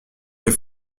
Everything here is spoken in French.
des